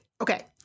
Okay